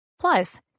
Plus